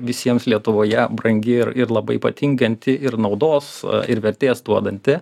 visiems lietuvoje brangi ir ir labai patinkanti ir naudos ir vertės duodanti